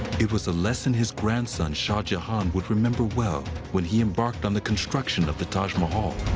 it was a lesson his grandson, shah jahan, would remember well when he embarked on the construction of the taj mahal.